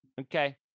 okay